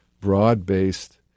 broad-based